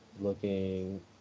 looking